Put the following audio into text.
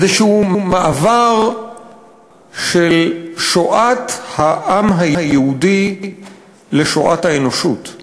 איזשהו מעבר של שואת העם היהודי לשואת האנושות.